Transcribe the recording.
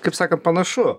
kaip sakant panašu